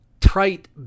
trite